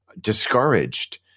discouraged